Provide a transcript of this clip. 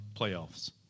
playoffs